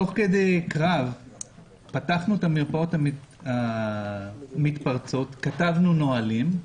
תוך כדי קרב פתחנו את המרפאות המתפרצות וכתבנו נהלים.